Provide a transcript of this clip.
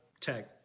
tech